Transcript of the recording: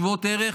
שוות ערך,